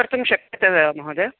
कर्तुं शक्यते वा महोदय